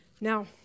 Now